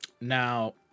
Now